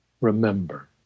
remember